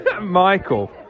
Michael